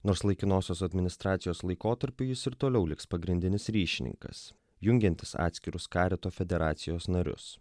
nors laikinosios administracijos laikotarpiu jis ir toliau liks pagrindinis ryšininkas jungiantis atskirus karito federacijos narius